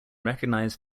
recognized